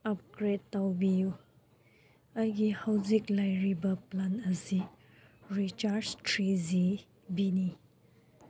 upgrade ꯇꯧꯕꯤꯌꯨ ꯑꯩꯒꯤ ꯍꯧꯖꯤꯛ ꯂꯩꯔꯤꯕ ꯄ꯭ꯂꯥꯟ ꯑꯁꯤ ꯔꯤꯆꯥꯔꯖ ꯊ꯭ꯔꯤ ꯖꯤ ꯕꯤꯅꯤ